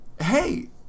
hey